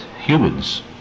Humans